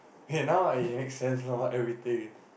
okay now I it makes sense lor everything